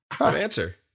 answer